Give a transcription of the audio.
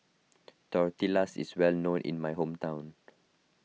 Tortillas is well known in my hometown